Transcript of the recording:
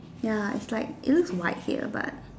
ya is like it looks white here but